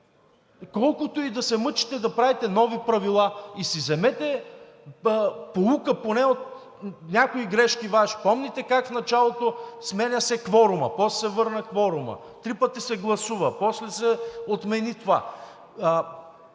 колкото и да се мъчите да правите нови правила и си вземете поука поне от някои Ваши грешки. Помните как в началото се сменя кворумът, после се върна кворумът, три пъти се гласува, после се отмени това.